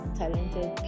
talented